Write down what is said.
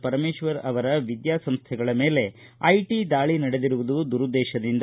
ಪರಮೇಶ್ವರ ಅವರ ವಿದ್ಯಾಸಂಸ್ಥೆಗಳ ಮೇಲೆ ಐಟಿ ದಾಳಿ ನಡೆದಿರುವುದು ದುರುದ್ದೇಶದಿಂದ